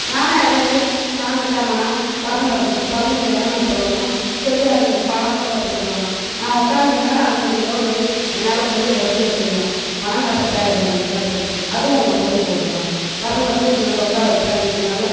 நான் அதே மாதிரி சாய்ந்திரம் டைம் ஆனால் பசங்களை கூட்டி பசங்களுக்கு என்னென்ன சொல்லணும் சொல்லி அதுங்களுக்கு பாடம் கூட கற்று கொடுக்கலாம் நான் உட்காந்திக்குற நேரம் அதுங்களுக்கு ஏதோ ஒரு என்னால் முடிஞ்ச உதவிங்கள செய்யலாம் பணம்காசு தேவையில்ல அதுங்களுக்கு கற்றுக் கொடுக்க அதுவும் ஒரு பொழுதுபோக்கு தான் பசங்களை கூட்ன்னு வந்து உட்கார வச்சா அதுங்களுக்கு நல்ல